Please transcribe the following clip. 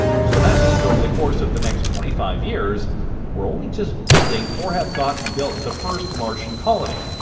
so that means over the course of the next twenty five years we're only just building, or have gotten built the first martian colony.